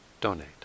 Donate